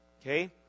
Okay